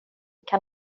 kan